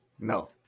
No